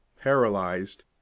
paralyzed